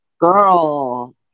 Girl